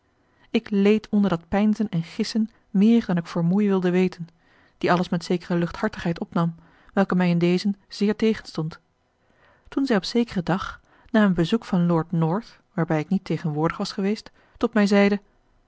ik leed onder dat peinzen en gissen meer dan ik voor moei wilde weten die alles met zekere luchthartigheid opnam welke mij in dezen zeer tegenstond toen zij op zekeren dag na een bezoek van lord north waarbij ik niet tegenwoordig was geweest tot mij zeide